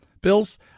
Bills